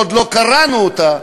עוד לא קראנו אותה,